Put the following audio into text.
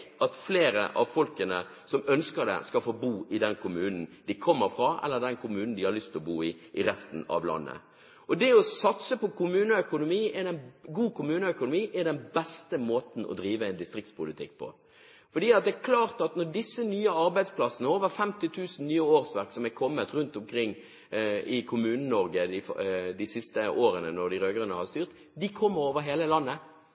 at flere av dem som ønsker det, skal få bo i den kommunen de kommer fra, eller i den kommunen de har lyst til å bo i i resten av landet. Det å satse på god kommuneøkonomi er den beste måten å drive distriktspolitikk på. Det er klart at disse nye arbeidsplassene – over 50 000 nye årsverk, som har kommet rundt omkring i Kommune-Norge de siste årene de rød-grønne har styrt – kommer over hele landet.